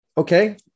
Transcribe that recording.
Okay